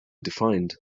defined